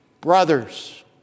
brothers